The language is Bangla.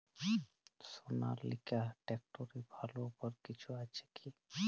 সনালিকা ট্রাক্টরে ভালো অফার কিছু আছে কি?